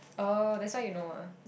oh that's why you know ah